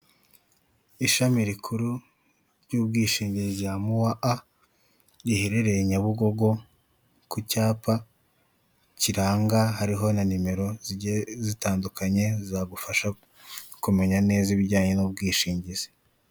Ishami rikuru ry'ubwishingizi rya muwa a riherereye Nyabugogo ku cyapa kiranga, hariho na nimero zijye zitandukanye zagufasha kumenya neza ibijyanye n'ubwishingizi.